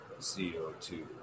CO2